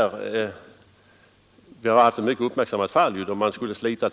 Det har förekomit ett mycket uppmärksammat fall med